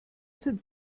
sind